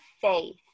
faith